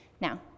Now